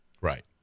Right